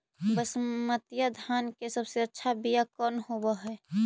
बसमतिया धान के सबसे अच्छा बीया कौन हौब हैं?